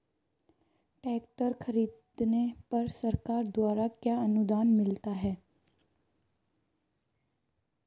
Tractor खरीदने पर सरकार द्वारा क्या अनुदान मिलता है?